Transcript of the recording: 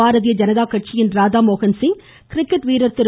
பாரதீய ஜனதா கட்சியின் ராதாமோகன்சிங் கிரிக்கெட் வீரர் திரு